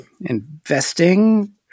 Investing